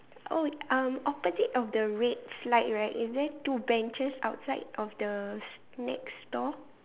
oh um opposite of the red slide right is there two benches outside of the next store